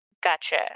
Gotcha